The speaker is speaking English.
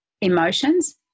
emotions